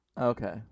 Okay